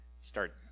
start